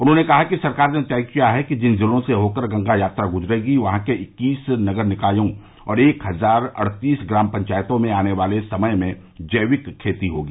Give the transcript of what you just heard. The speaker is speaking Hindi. उन्होंने कहा कि सरकार ने तय किया है कि जिन जिलों से होकर गंगा यात्रा गुजरेगी वहां के इक्कीस नगर निकायो और एक हजार अड़तीस ग्राम पंचायतों में आने वाले समय में जैविक खेती होगी